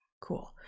Cool